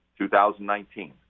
2019